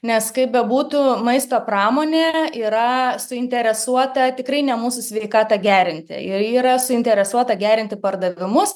nes kaip bebūtų maisto pramonė yra suinteresuota tikrai ne mūsų sveikatą gerinti ji yra suinteresuota gerinti pardavimus